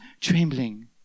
trembling